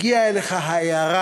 הגיעה אליך ההארה,